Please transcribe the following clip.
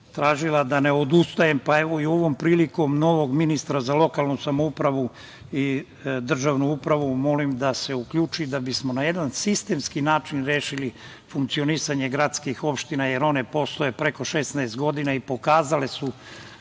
tražila da ne odustanem, pa, evo, i ovom prilikom molim novog ministra za državnu upravu i lokalnu samoupravu da se uključi, da bismo na jedan sistemski način rešili funkcionisanje gradskih opština, jer one postoje preko 16 godina i pokazale su